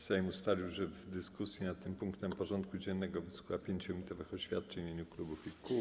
Sejm ustalił, że w dyskusji nad tym punktem porządku dziennego wysłucha 5-minutowych oświadczeń w imieniu klubów i kół.